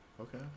okay